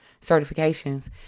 certifications